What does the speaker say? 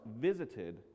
visited